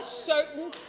certain